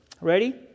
Ready